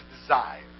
desire